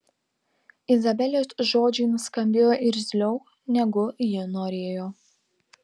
izabelės žodžiai nuskambėjo irzliau negu ji norėjo